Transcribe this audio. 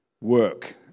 work